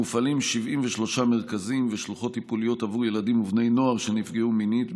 מופעלים 73 מרכזים ושלוחות טיפוליות עבור ילדים ובני נוער שנפגעו מינית,